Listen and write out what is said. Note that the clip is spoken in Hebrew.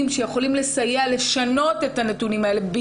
שיכולים לסייע לשנות את הנתונים האלה ולשפר אותם,